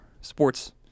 sports